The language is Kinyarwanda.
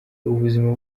ubuzima